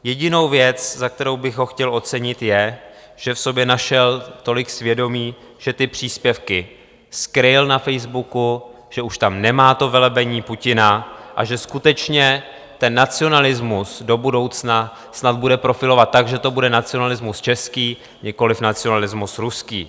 Jedinou věc, za kterou bych ho chtěl ocenit, je, že v sobě našel tolik svědomí, že ty příspěvky skryl na Facebooku, že už tam nemá to velebení Putina a že skutečně ten nacionalismus do budoucna snad bude profilovat tak, že to bude nacionalismus český, nikoliv nacionalismus ruský.